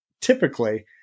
typically